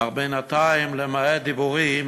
אך בינתיים, למעט דיבורים